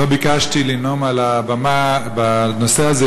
לא ביקשתי לנאום על הבמה בנושא הזה,